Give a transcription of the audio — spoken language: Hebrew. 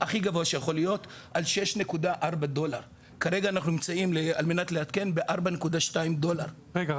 הכי גבוה שיכול להיות על 6.4$. רגע,